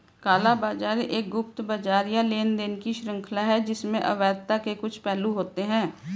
काला बाजार एक गुप्त बाजार या लेनदेन की श्रृंखला है जिसमें अवैधता के कुछ पहलू होते हैं